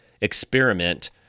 experiment